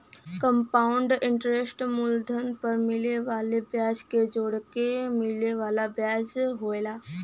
compound interest मूलधन पर मिले वाले ब्याज के जोड़के मिले वाला ब्याज होला